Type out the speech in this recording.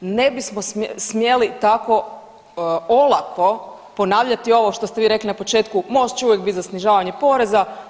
Ne bismo smjeli tako olako ponavljati ovo što ste vi rekli na početku, MOST će uvijek biti za snižavanje poreza.